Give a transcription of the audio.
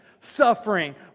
suffering